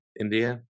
India